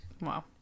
Wow